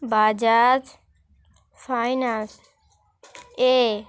Bajaj finance A